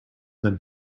than